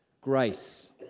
grace